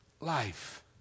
life